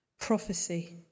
Prophecy